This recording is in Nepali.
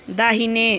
दाहिने